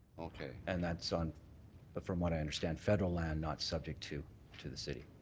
okay. and that's on but from what i understand federal land not subject to to the city.